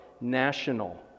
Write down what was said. national